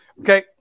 okay